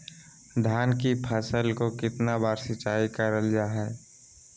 धान की फ़सल को कितना बार सिंचाई करल जा हाय?